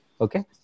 Okay